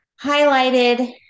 highlighted